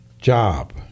job